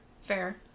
Fair